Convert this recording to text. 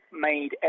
made